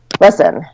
listen